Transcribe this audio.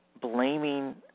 blaming